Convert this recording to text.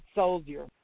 soldier